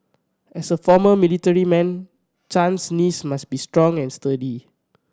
as a former military man Chan's knees must be strong and sturdy